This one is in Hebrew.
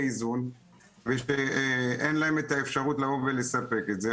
איזון ואין להן אפשרות לבוא ולספק את זה?